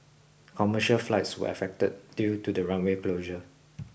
commercial flights were affected due to the runway closure